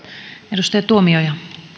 arvoisa puhemies